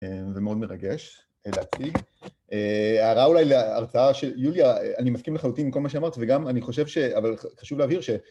זה מאוד מרגש, אדעתי, הערה אולי להרצאה של יוליה, אני מסכים לחלוטין עם כל מה שאמרת וגם אני חושב ש... אבל חשוב להבהיר ש...